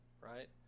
right